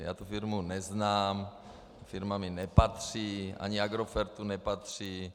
Já tu firmu neznám, ta firma mi nepatří, ani Agrofertu nepatří.